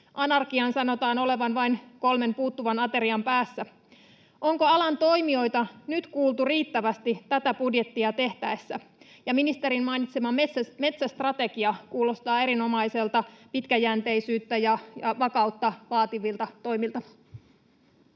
Anarkian sanotaan olevan vain kolmen puuttuvan aterian päässä. Onko alan toimijoita nyt kuultu riittävästi tätä budjettia tehtäessä? Ja ministerin mainitsema metsästrategia kuulostaa erinomaiselta, pitkäjänteisyyttä ja vakautta vaativilta toimilta.